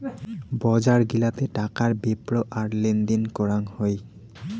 বজার গিলাতে টাকার বেপ্র আর লেনদেন করাং হই